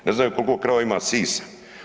Ne znaju koliko krava ima sisa.